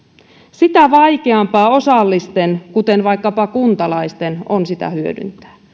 sitä vaikeampaa osallisten kuten vaikkapa kuntalaisten on sitä hyödyntää